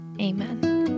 Amen